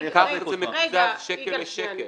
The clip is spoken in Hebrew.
כך זה מקוזז שקל לשקל.